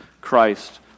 Christ